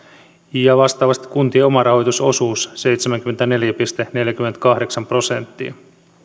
ja vastaavasti kuntien omarahoitusosuus seitsemänkymmentäneljä pilkku neljäkymmentäkahdeksan prosenttia